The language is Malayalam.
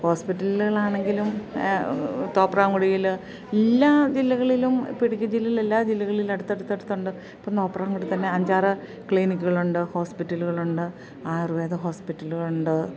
ഹോസ്പിറ്റലുകളാണെങ്കിലും തോപ്രാങ്കുടിയിൽ എല്ലാ ജില്ലകളിലും ഇപ്പോൾ ഇടുക്കി ജില്ലയിൽ എല്ലാ ജില്ലകളിലും അടുത്തടുത്തടുത്തുണ്ട് ഇപ്പം തോപ്രാങ്കുടിയിൽത്തന്നെ അഞ്ചാറ് ക്ലിനിക്കുകളുണ്ട് ഹോസ്പിറ്റലുകളുണ്ട് ആയുർവേദ ഹോസ്പിറ്റലുകളുണ്ട്